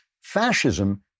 fascism